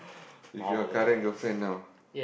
with your current girlfriend now